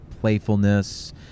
playfulness